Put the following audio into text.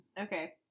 Okay